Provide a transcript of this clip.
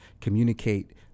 communicate